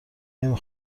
نمی